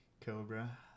cobra